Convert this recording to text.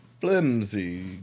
Flimsy